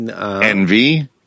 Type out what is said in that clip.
envy